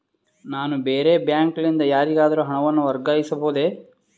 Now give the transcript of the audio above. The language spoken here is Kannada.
ನಾನು ಬೇರೆ ಬ್ಯಾಂಕ್ ಲಿಂದ ಯಾರಿಗಾದರೂ ಹಣವನ್ನು ವರ್ಗಾಯಿಸಬಹುದೇ?